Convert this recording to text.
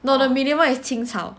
no the minimum is 青草